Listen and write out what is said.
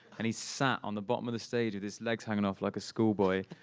and he's sat on the bottom of the stage with his legs hanging off like a schoolboy,